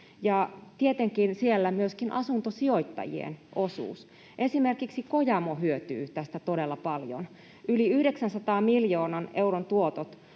tietenkin siellä myöskin asuntosijoittajien osuus. Esimerkiksi Kojamo hyötyy tästä todella paljon. Yli 900 miljoonan euron tuotot